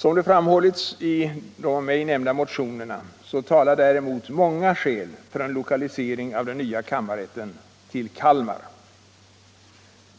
Som framhållits i de av mig nämnda motionerna talar däremot många skäl för en lokalisering av den nya kammarrätten till Kalmar.